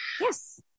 Yes